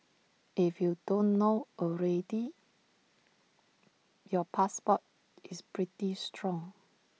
if you don't know already your passport is pretty strong